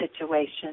situation